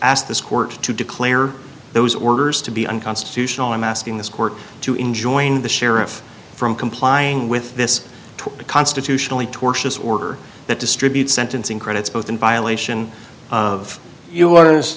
asked this court to declare those orders to be unconstitutional i'm asking this court to enjoin the sheriff from complying with this constitutionally tortious order that distributes sentencing credits both in violation of you